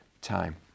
time